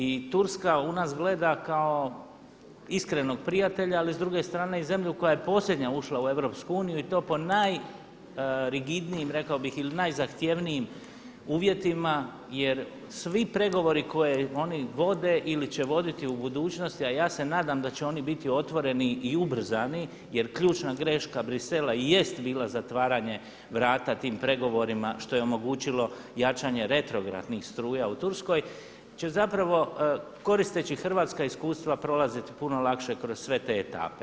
I Turska u nas gleda kao iskrenog prijatelja ali s druge strane i zemlju koja je posljednja ušla u EU i to po najrigidnijim rekao bih ili najzahtjevnijim uvjetima jer svi pregovori koje oni vode ili će voditi u budućnosti a ja se nadam da će oni biti otvoreni i ubrzani jer ključna greška Brisela i jest bila zatvaranje vrata tim pregovorima što je omogućilo jačanje retrogradnih struja u Turskoj će zapravo koristeći hrvatska iskustva prolaziti puno lakše kroz sve te etape.